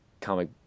comic